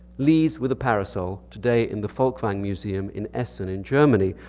lise with a parasol, today in the folkwang museum in essen in germany.